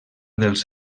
dels